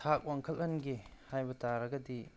ꯊꯥꯛ ꯋꯥꯡꯈꯠꯍꯟꯒꯦ ꯍꯥꯏꯕ ꯇꯔꯒꯗꯤ